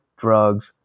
drugs